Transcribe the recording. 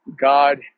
God